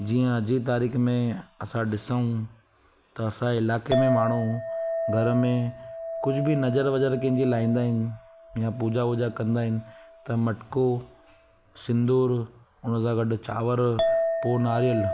जीअं अॼु जी तारीख़ में असां ॾिसूं त असांजे इलाइक़े में माण्हू घर में कुझु बि नज़र वज़र कंहिंजी लाईंदा आहिनि या पूॼा वूजा कंदा आहिनि त मटिको सिंदूर हुनसां गॾु चांवर पोइ नारेलु